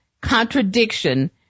contradiction